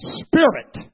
spirit